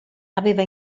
aveva